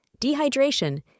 dehydration